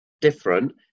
different